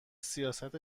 سیاست